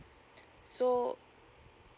so